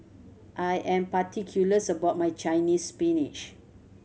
I am particulars about my Chinese Spinach